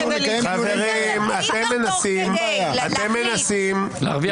חברים, אתם מנסים -- להרוויח זמן.